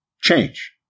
change